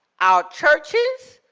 our churches,